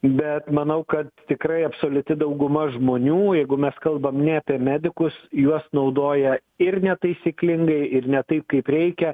bet manau kad tikrai absoliuti dauguma žmonių jeigu mes kalbam ne apie medikus juos naudoja ir netaisyklingai ir ne taip kaip reikia